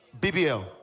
BBL